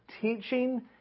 teaching